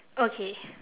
okay